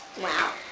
Wow